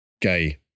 gay